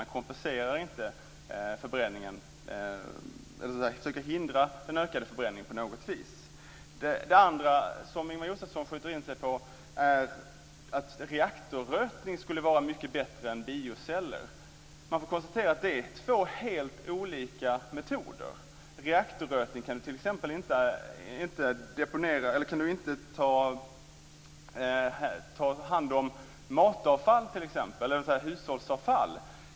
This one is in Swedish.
Man försöker inte hindra den ökade förbränningen på något vis. Det andra som Ingemar Josefsson skjuter in sig på är att reaktorrötning skulle vara mycket bättre än bioceller. Det är två helt olika metoder. Med reaktorrötning kan man t.ex. inte ta hand om matavfall.